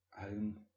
home